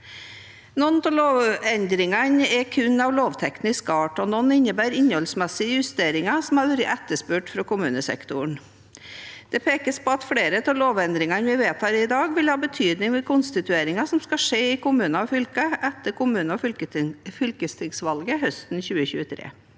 Noen av lovendringene er kun av lovteknisk art, og noen innebærer innholdsmessige justeringer som har vært etterspurt fra kommunesektoren. Det pekes på at flere av lovendringene vi vedtar i dag, vil ha betydning ved konstitueringen som skal skje i kommuner og fylkeskommuner etter kommune- og fylkestingsvalget høsten 2023.